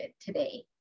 today